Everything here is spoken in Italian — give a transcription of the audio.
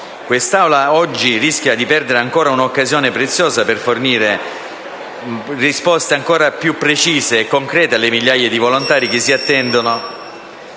quest'Assemblea rischia di perdere ancora un'occasione preziosa per fornire risposte più precise e concrete alle migliaia di volontari che si attendono